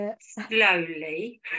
slowly